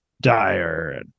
dire